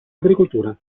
agricoltura